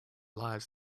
lives